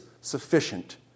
sufficient